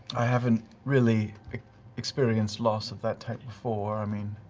i haven't really experienced loss of that type before. i mean.